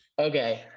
okay